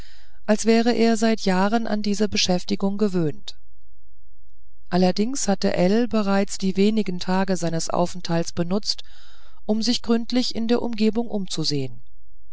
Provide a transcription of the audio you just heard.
als wäre er seit jahren an diese beschäftigung gewöhnt allerdings hatte ell bereits die wenigen tage seines aufenthalts benutzt um sich gründlich in der umgebung umzusehen